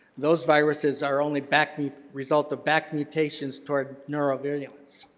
those viruses are only back the result of back mutations toward neurovirulence.